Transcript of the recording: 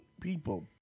people